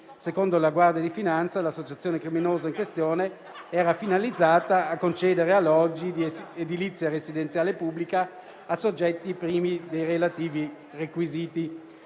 Secondo la Guardia di finanza, l'associazione criminosa in questione era finalizzata a concedere alloggi di edilizia residenziale pubblica a soggetti privi dei relativi requisiti.